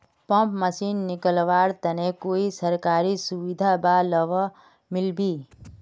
Pump machine किनवार तने कोई सरकारी सुविधा बा लव मिल्बी?